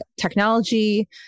technology